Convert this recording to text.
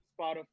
Spotify